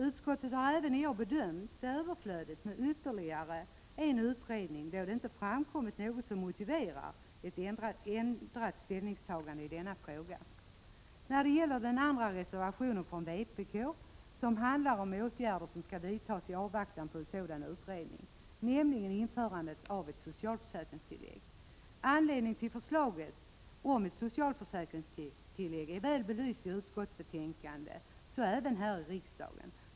Utskottet har även i år bedömt det överflödigt med ytterligare en utredning, då det inte framkommit något som motiverar ett ändrat ställningstagande i frågan. Den andra reservationen från vpk handlar om åtgärder som skall vidtas i avvaktan på en sådan utredning, nämligen införande av ett socialförsäkringstillägg. Anledningen till förslaget om ett socialförsäkringstillägg är väl belyst i utskottsbetänkandet, så även här i riksdagen.